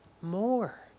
more